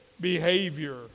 behavior